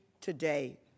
today